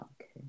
Okay